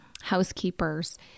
housekeepers